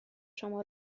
شما